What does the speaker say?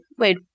Wait